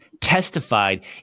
testified